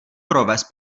provést